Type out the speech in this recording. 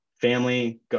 family